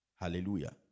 Hallelujah